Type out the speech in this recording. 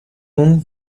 اون